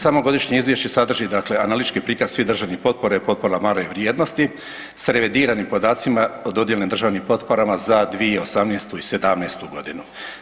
Samo Godišnje izvješće sadrži dakle analitički prikaz svih državnih potpora i potpora male vrijednosti, s revidiranim podacima o dodijeljenim državnim potporama za 2018. i 17. godinu.